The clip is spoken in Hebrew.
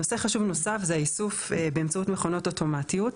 נושא חשוב נוסף זה האיסוף באמצעות מכונות אוטומטיות.